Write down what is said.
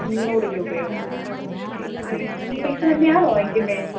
മുന്നൂറ് രൂപയോ ഓക്കെ ആ ഈ പൈസ തന്നെയാണോ വാങ്ങിക്കുന്നത്